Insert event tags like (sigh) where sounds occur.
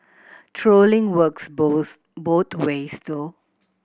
trolling works both (unintelligible) ways though